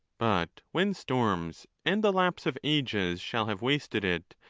but when storms and the lapse of ages shall have wasted it,